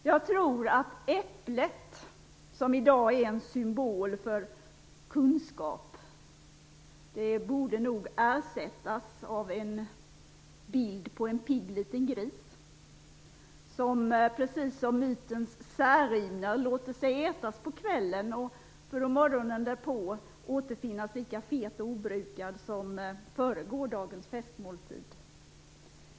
Jag tror att äpplet som symbol för kunskap i dag borde ersättas av en pigg liten gris som, precis som mytens Särimner, låter sig ätas på kvällen för att morgonen därpå återfinnas lika fet och obrukad som före gårdagens festmåltid.